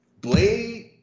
Blade